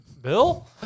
Bill